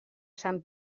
sant